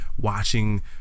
watching